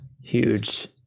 huge